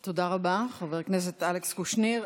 תודה רבה, חבר הכנסת אלכס קושניר.